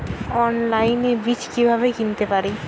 অনলাইনে বীজ কীভাবে কিনতে পারি?